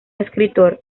escritor